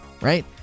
right